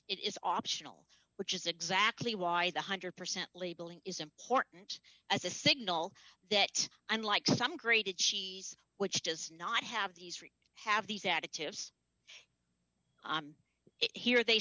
is optional which is exactly why the one hundred percent labeling is important as a signal that unlike some grated cheese which does not have these three have these additives it here they